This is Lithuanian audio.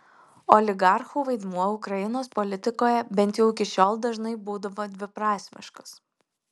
oligarchų vaidmuo ukrainos politikoje bent jau iki šiol dažnai būdavo dviprasmiškas